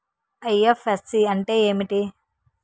IFSC అంటే ఏమిటి?